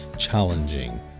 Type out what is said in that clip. challenging